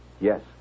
Yes